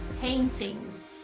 paintings